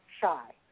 shy